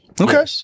Okay